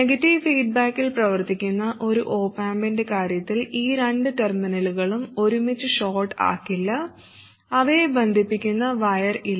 negative ഫീഡ്ബാക്കിൽ പ്രവർത്തിക്കുന്ന ഒരു ഒപ് ആമ്പിന്റെ കാര്യത്തിൽ ഈ രണ്ട് ടെർമിനലുകളും ഒരുമിച്ച് ഷോർട്ട് ആക്കില്ല അവയെ ബന്ധിപ്പിക്കുന്ന വയർ ഇല്ല